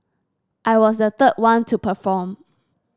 I was the third one to perform